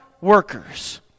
workers